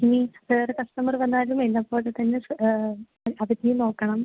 ഇനി വേറെ കസ്റ്റമർ വന്നാലും എന്നെ പോലെത്തന്നെ അവരെയും നോക്കണം